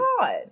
god